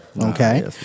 okay